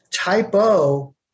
typo